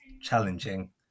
challenging